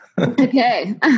Okay